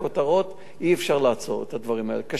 אי-אפשר לעצור את הדברים האלה, קשה מאוד לעצור.